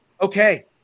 Okay